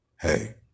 Hey